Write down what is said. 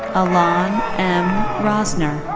alon m. rosner.